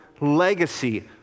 legacy